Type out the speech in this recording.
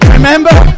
Remember